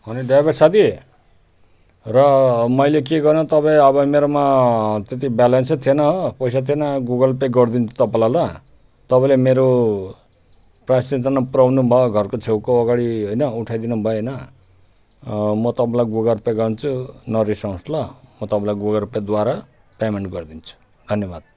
होइन ड्राइभर साथी र मैले के गर्ने तपाईँ अब मेरोमा त्यति ब्यालेन्स नै थिएन हो पैसा थिएन गुगल पे गरिदिन्छु तपाईँलाई ल तपाईँलाई मेरो पुर्याउनु भयो घरको छेउको अगाडि होइन उठाइदिनु भयो होइन म तपाईँलाई गुगल पे गर्छु नरिसाउनु होस् ल म तपाईँलाई गुगल पेद्वारा पेमेन्ट गरिदिन्छु